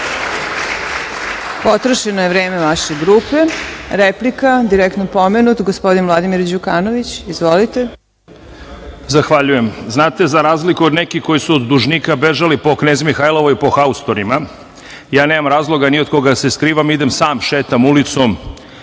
Potrošeno je vreme vaše grupe. Replika, direktno pomenut gospodin Vladimir Đukanović. Izvolite. **Vladimir Đukanović** Zahvaljujem. Znate, za razliku od nekih koji su od dužnika bežali po Knez Mihajlovoj po haustorima, ja nemam razloga ni od koga da se skrivam. Idem sam, šetam ulicom,